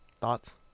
Thoughts